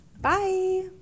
Bye